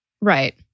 Right